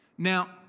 Now